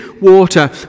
water